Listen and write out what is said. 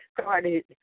started